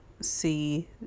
see